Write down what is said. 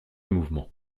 mouvement